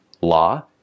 Law